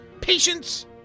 Patience